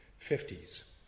50s